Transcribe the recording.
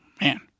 Man